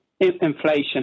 inflation